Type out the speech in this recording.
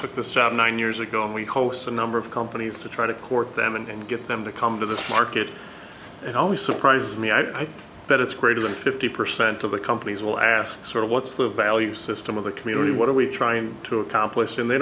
took this job nine years ago and we host a number of companies to try to court them and get them to come to the market and always surprise me i bet it's greater than fifty percent of the companies will ask sort of what's the value system of the community what are we trying to accomplish and they